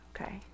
Okay